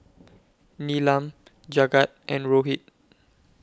Neelam Jagat and Rohit